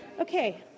Okay